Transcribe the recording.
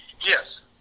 yes